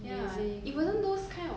ya see it wasn't those kind of